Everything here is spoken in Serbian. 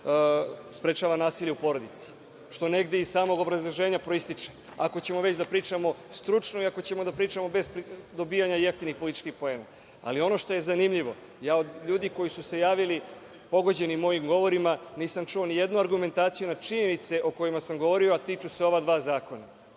sprečava nasilje u porodici, što negde iz samog obrazloženja proističe, ako ćemo već da pričamo stručno i ako ćemo da pričamo bez dobijanja jeftinih političkih poena. Ali, ono što je zanimljivo, ja od ljudi koji su se javili pogođeni mojim govorima nisam čuo nijednu argumentaciju na činjenica o kojima sam govorio, a tiču se ova dva zakona.